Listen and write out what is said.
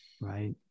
right